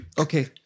Okay